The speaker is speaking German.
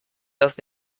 das